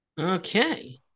Okay